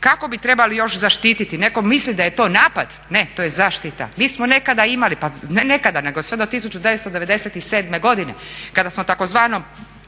kako bi trebali još zaštititi? Netko misli da je to napad. Ne to je zaštita. Mi smo nekada imali, pa ne nekada nego sve do 1997. godine kada smo tzv.